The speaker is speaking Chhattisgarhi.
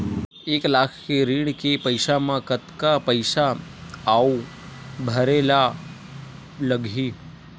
एक लाख के ऋण के पईसा म कतका पईसा आऊ भरे ला लगही?